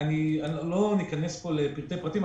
לא ניכנס פה לפרטי פרטים.